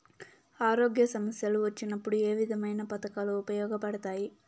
ఆరోగ్య సమస్యలు వచ్చినప్పుడు ఏ విధమైన పథకాలు ఉపయోగపడతాయి